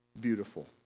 beautiful